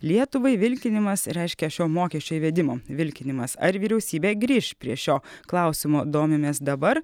lietuvai vilkinimas reiškia šio mokesčio įvedimo vilkinimas ar vyriausybė grįš prie šio klausimo domimės dabar